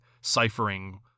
ciphering